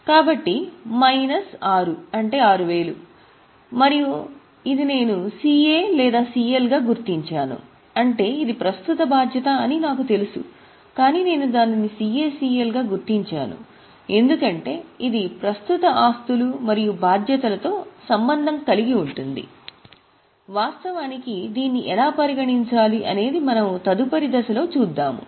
కాబట్టి మైనస్ 6 మరియు ఇది నేను CA లేదా CL గా గుర్తించాను అంటే ఇది ప్రస్తుత బాధ్యత అని నాకు తెలుసు కాని నేను దానిని CACL గా గుర్తించాను ఎందుకంటే ఇది ప్రస్తుత ఆస్తులు మరియు బాధ్యతలతో సంబంధం కలిగి ఉంటుంది వాస్తవానికి దీన్ని ఎలా పరిగణించాలి అనేది మనము తదుపరి దశలో చూద్దాము